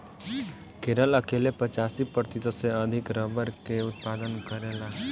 केरल अकेले पचासी प्रतिशत से अधिक रबड़ के उत्पादन करेला